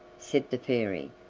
said the fairy,